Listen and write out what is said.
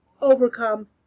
overcome